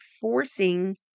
forcing